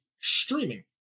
streaming